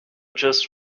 just